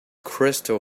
crystal